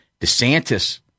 DeSantis